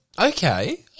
Okay